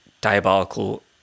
diabolical